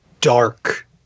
dark